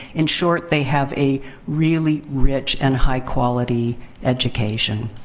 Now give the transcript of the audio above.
in short, they have a really rich and high quality education.